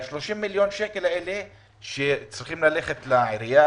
אנחנו כבר חודשיים מחכים ל-30 מיליון שצריכים ללכת לעירייה,